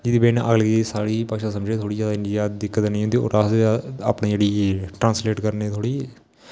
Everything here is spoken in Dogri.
जेह्दी बजह कन्नै आगलै गी साढ़ी भाशा समझो थोह्ड़ी जैदा इन्नी जैदा दिक्कत निं होंदी अपनी जेह्ड़ी ट्रांसलेट करने गी थोह्ड़ी